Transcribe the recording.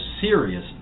serious